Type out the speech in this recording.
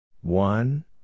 One